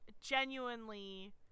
genuinely